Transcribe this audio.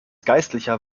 geistlicher